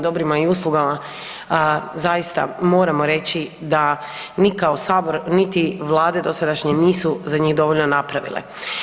dobrima i uslugama, zaista moramo reći da ni kao Sabor niti vlade dosadašnje nisu za njih dovoljno napravile.